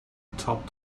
atop